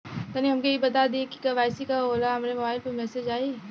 तनि हमके इ बता दीं की के.वाइ.सी का होला हमरे मोबाइल पर मैसेज आई?